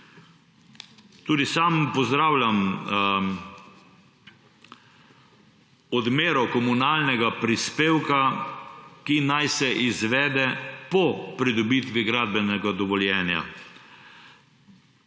Tudi sam pozdravljam odmero komunalnega prispevka, ki naj se izvede po pridobitvi gradbenega dovoljenja,